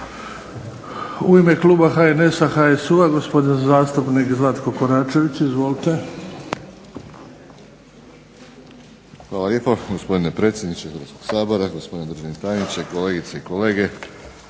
U ime kluba HNS-a, HSU-a gospodin zastupnik Zlatko Koračević. Izvolite. **Koračević, Zlatko (HNS)** Hvala lijepo gospodine predsjedniče Hrvatskog sabora, gospodine državni tajniče, kolegice i kolege.